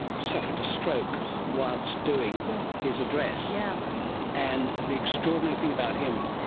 suffered a stroke whilst doing yeah his address. yeah and the extraordinary thing about him,